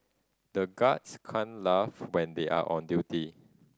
the guards can laugh when they are on duty